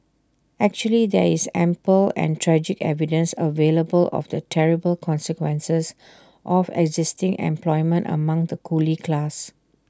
actually there is ample and tragic evidence available of the terrible consequences of existing unemployment among the coolie class